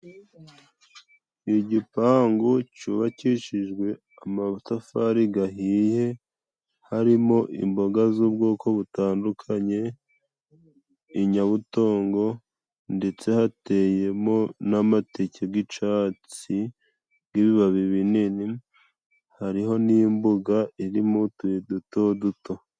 Igipangu cyubakishijwe amatafari gahiye harimo imboga z'ubwoko butandukanye, inyabutongo ndetse hateyemo n'amateke g'icatsi bw'ibibabi binini hariho n'imbuga irimo utubuye duto duto.